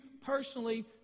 personally